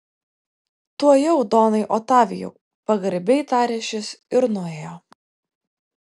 tuojau donai otavijau pagarbiai tarė šis ir nuėjo